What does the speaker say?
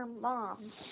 mom